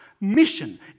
mission